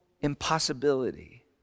impossibility